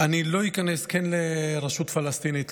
אני לא איכנס כן לרשות פלסטינית,